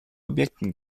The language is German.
objekten